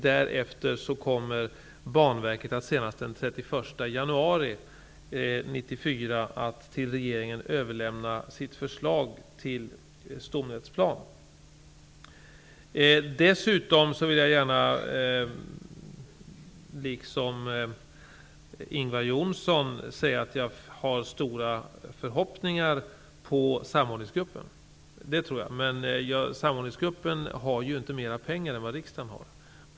Därefter kommer Banverket, senast den 31 januari 1994, att till regeringen överlämna sitt förslag till stomnätsplan. Dessutom vill jag gärna liksom Ingvar Johnsson säga att jag har stora förhoppningar på samordningsgruppen. Men samordningsgruppen har inte mer pengar än vad riksdagen har.